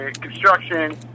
construction